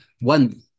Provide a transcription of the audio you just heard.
one